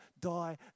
die